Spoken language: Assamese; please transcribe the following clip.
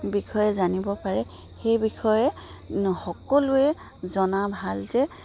বিষয়ে জানিব পাৰে সেই বিষয়ে সকলোৱে জনা ভাল যে